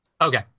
Okay